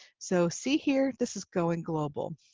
so, see here this is goinglobal.